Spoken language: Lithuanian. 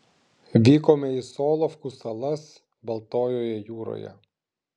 vykome į solovkų salas baltojoje jūroje